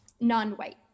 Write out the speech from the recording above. non-white